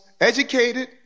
educated